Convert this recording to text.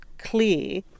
clear